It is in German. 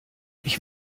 ich